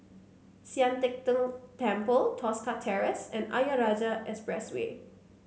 Sian Teck Tng Temple Tosca Terrace and Ayer Rajah Expressway